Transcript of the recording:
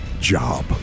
job